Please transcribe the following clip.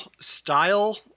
style